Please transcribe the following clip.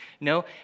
No